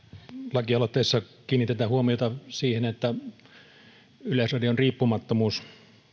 lakialoitteessa kiinnitetään huomiota siihen että yleisradion riippumattomuus